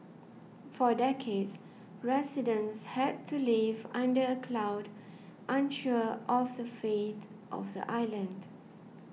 for decades residents had to live under a cloud unsure of the fate of the island